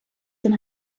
den